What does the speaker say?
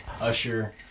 Usher